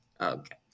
Okay